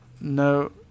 No